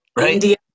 India